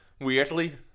weirdly